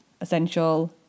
essential